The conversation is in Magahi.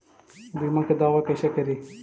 बीमा के दावा कैसे करी?